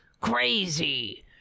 crazy